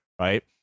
right